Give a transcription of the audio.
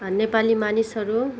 नेपाली मानिसहरू